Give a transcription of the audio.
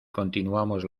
continuamos